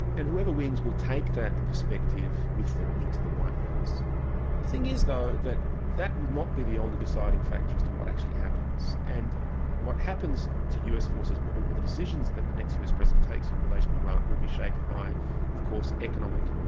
and whoever wins will take that perspective with them into the white house. the thing is though, that that will not be the only deciding factor as to what actually happens, and what happens to us forces or the decisions that the next us president takes in relation to iraq will be shaped by of course economic,